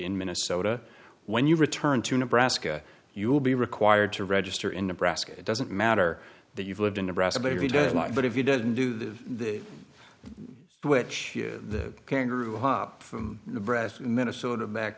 in minnesota when you return to nebraska you will be required to register in nebraska it doesn't matter that you've lived in nebraska but he does not but if you didn't do that which the kangaroo hopped from nebraska minnesota back